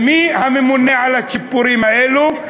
ומי הממונה על הצ'יפורים האלו?